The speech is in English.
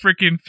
freaking